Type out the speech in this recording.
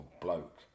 bloke